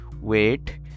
wait